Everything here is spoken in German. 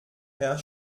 herr